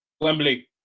Wembley